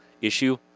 issue